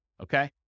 okay